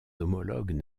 homologues